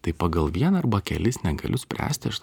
tai pagal vieną arba kelis negaliu spręsti aš